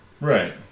right